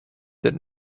that